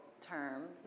term